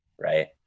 right